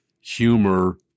humor